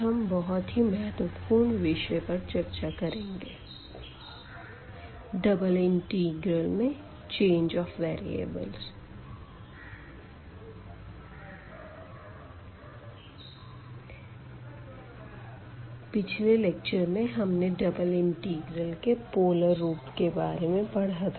आज हम बहुत ही महत्वपूर्ण विषय पर चर्चा करेंगे डबल इंटीग्रल में चेंज ऑफ वेरीअबल पिछले लेक्चर में हमने डबल इंटीग्रल के पोलर रूप के बारे में पढ़ा था